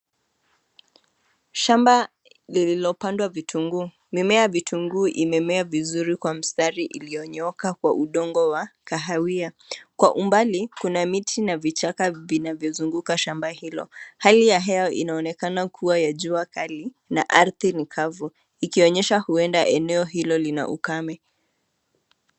Shamba lililopandwa vitunguu. Mimea vitunguu imemea vizuri kwa mstari iliyonyooka kwa udongo wa kahawia. Kwa umbali kuna miti na vichaka vinavyozunguka shamba hilo. Hali ya hewa inaonekana kuwa ya jua kali na ardhi ni kavu, ikionyesha kuwa eneo hilo lina ukame.